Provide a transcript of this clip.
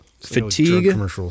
fatigue